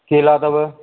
केला अथव